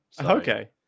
Okay